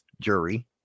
jury